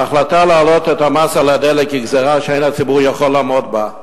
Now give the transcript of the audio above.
ההחלטה להעלות את המס על הדלק היא גזירה שאין הציבור יכול לעמוד בה.